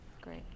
Great